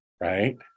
Right